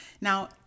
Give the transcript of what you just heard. now